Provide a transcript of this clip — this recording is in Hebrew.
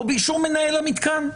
או באישור מנהל המתקן?